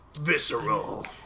Visceral